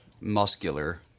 muscular